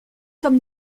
sommes